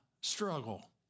struggle